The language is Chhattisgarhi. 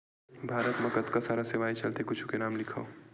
भारत मा कतका सारा सेवाएं चलथे कुछु के नाम लिखव?